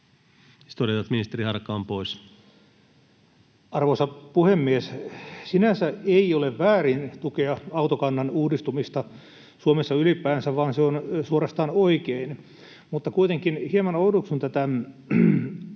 muuttamisesta Time: 17:42 Content: Arvoisa puhemies! Sinänsä ei ole väärin tukea autokannan uudistumista Suomessa ylipäänsä, vaan se on suorastaan oikein, mutta kuitenkin hieman oudoksun tätä